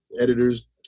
editors